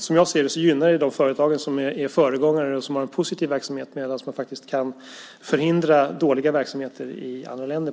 Som jag ser det gynnar det ju företag som är föregångare och som har en positiv verksamhet, medan det faktiskt kan förhindra dåliga verksamheter i andra länder.